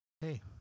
hey